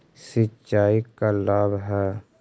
सिंचाई का लाभ है?